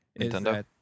Nintendo